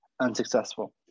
unsuccessful